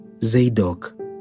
Zadok